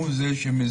הוא זה שמזיז.